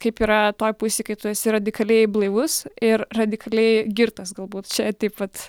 kaip yra toj pusėje kai tu esi radikaliai blaivus ir radikaliai girtas galbūt čia taip pat